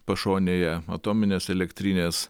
pašonėje atominės elektrinės